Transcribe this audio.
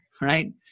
right